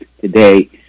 today